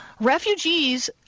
refugees